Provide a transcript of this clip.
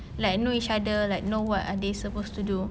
like know each other like know what are they supposed to do